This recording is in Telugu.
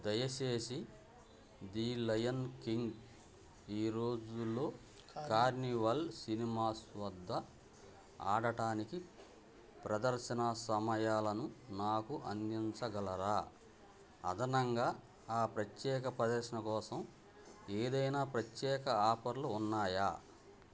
దయచేసి ది లయన్ కింగ్ ఈ రోజులో కార్నివాల్ సినిమాస్ వద్ద ఆడటానికి ప్రదర్శనా సమయాలను నాకు అందించగలరా అదనంగా ఆ ప్రత్యేక ప్రదర్శన కోసం ఏదైనా ప్రత్యేక ఆఫర్లు ఉన్నాయా